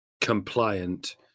compliant